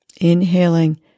Inhaling